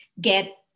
get